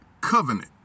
covenant